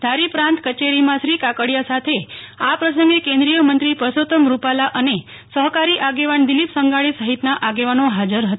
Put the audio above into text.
ધારી પ્રાંત કચેરીમાં શ્રી કાકડિયા સાથે આ પ્રસંગે કેન્દ્રિય મંત્રી પરસોતમ રૂપાલા અને સહકારી આગેવાન દિલિપ સંઘાણી સહિતના આગેવાનો હાજર હતા